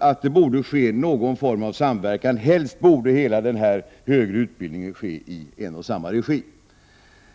att det borde förekomma någon form av samverkan. Helst borde den högre utbildningen i dess helhet bedrivas i en och samma regi.